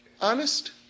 honest